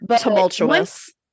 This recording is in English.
tumultuous